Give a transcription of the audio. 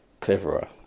cleverer